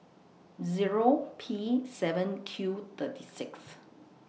Zero P seven Q thirty six